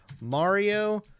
Mario